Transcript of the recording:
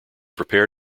prepare